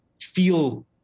feel